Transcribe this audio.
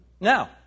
Now